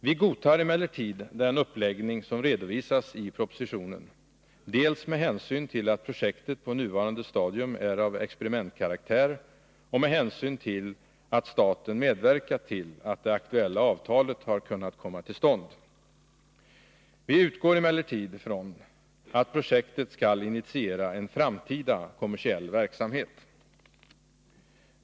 Vi godtar emellertid den uppläggning som redovisas i propositionen, dels med hänsyn till att projektet på nuvarande stadium är av experimentkaraktär, dels med hänsyn till att staten medverkat till att det aktuella avtalet har kunnat komma till stånd. Vi utgår emellertid från att projektet skall initiera en framtida kommersiell verksamhet.